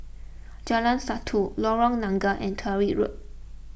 Jalan Satu Lorong Nangka and Tyrwhitt Road